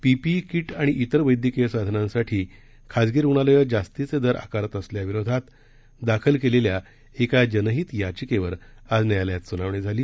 PPE kit आणि इतर वैद्यकीय साधनांसाठी खाजगी रुग्णालयं जास्तीचे दर आकारत असल्याविरोधात दाखल केलेल्या एका जनहीत याचिकेवर आज न्यायालयात सुनावणी झाली